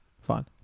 Fine